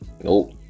Nope